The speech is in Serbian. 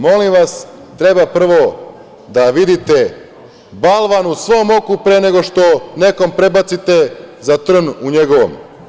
Molim vas, treba prvo da vidite balvan u svom oku pre nego što nekom prebacite za trn u njegovom.